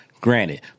granted